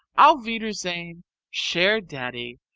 auf wiedersehen cher daddy,